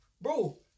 bro